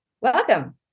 welcome